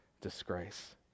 disgrace